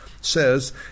says